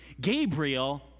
Gabriel